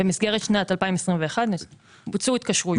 במסגרת שנת 2021 בוצעו התקשרויות.